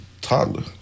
toddler